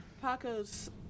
Paco's